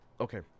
okay